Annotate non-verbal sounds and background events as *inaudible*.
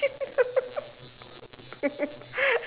dinner *laughs*